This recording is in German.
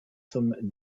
zum